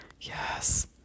Yes